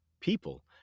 people